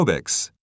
aerobics